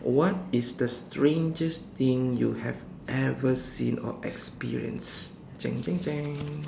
what is the strangest thing you have ever seen or experienced